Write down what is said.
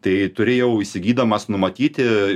tai turi jau įsigydamas numatyti